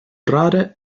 rare